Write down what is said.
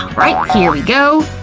alright here we go,